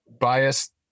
biased